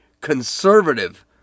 conservative